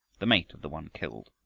the mate of the one killed.